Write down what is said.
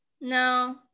No